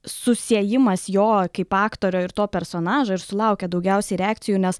susiejimas jo kaip aktorio ir to personažo ir sulaukia daugiausiai reakcijų nes